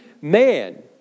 man